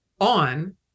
on